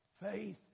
Faith